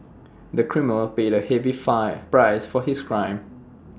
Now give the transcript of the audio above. the criminal paid A heavy five price for his crime